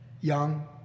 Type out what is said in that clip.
young